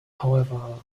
however